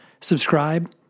subscribe